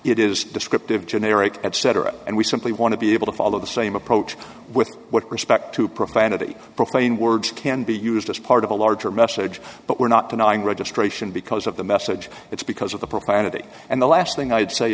it is descriptive generic etc and we simply want to be able to follow the same approach with what respect to profanity profane words can be used as part of a larger message but we're not denying registration because of the message it's because of the profanity and the last thing i'd say